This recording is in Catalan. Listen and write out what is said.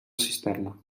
cisterna